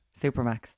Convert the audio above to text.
Supermax